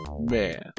Man